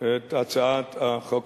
את הצעת החוק הזאת.